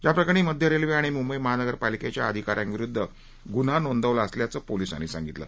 या प्रकरणी मध्य रेल्वे आणि मुंबई महानगरपालिकेच्या अधिका यांविरुद्ध गुन्हा नोंदवला असल्याचं पोलीसांनी सांगितलं